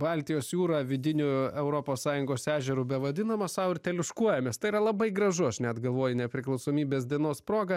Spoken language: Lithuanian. baltijos jūrą vidinių europos sąjungos ežeru bevadinamą sau ir teliuškuojamės tai yra labai gražuaš net galvoju nepriklausomybės dienos proga